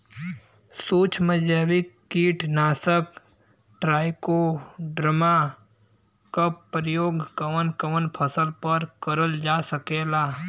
सुक्ष्म जैविक कीट नाशक ट्राइकोडर्मा क प्रयोग कवन कवन फसल पर करल जा सकेला?